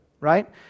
right